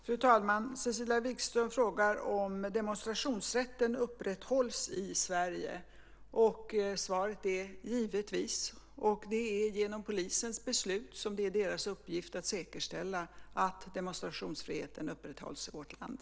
Fru talman! Cecilia Wigström frågar om demonstrationsrätten upprätthålls i Sverige. Svaret är: givetvis. Det sker genom polisens beslut. Det är dess uppgift att säkerställa att demonstrationsfriheten upprätthålls i vårt land.